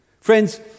Friends